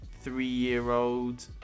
three-year-old